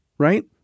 Right